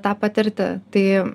tą patirti tai